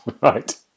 Right